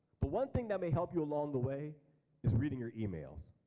but one thing that may help you along the way is reading your emails.